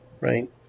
right